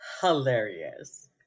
hilarious